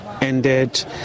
ended